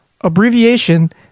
Abbreviation